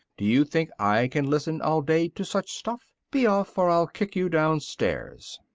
do you think i can listen all day to such stuff? be off, or i'll kick you down stairs!